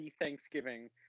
Thanksgiving